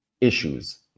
issues